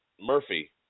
Murphy